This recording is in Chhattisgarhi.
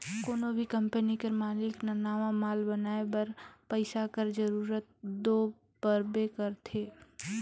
कोनो भी कंपनी कर मालिक ल नावा माल बनाए बर पइसा कर जरूरत दो परबे करथे